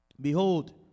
Behold